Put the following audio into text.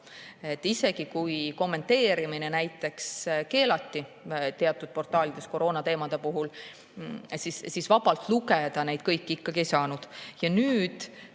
Isegi kui kommenteerimine keelati teatud portaalides koroonateemade puhul, siis vabalt lugeda neid [artikleid] ikkagi ei saanud. Ja nüüd